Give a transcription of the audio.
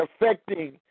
affecting